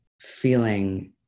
feeling